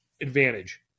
advantage